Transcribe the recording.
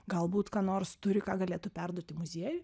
galbūt ką nors turi ką galėtų perduoti muziejui